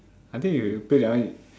I think when you play that one